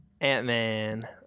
Ant-Man